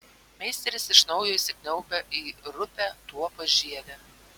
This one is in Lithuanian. meisteris iš naujo įsikniaubia į rupią tuopos žievę